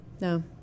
No